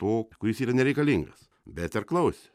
to kuris yra nereikalingas bet ar klausė